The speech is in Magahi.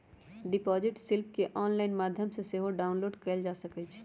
डिपॉजिट स्लिप केंऑनलाइन माध्यम से सेहो डाउनलोड कएल जा सकइ छइ